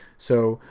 so,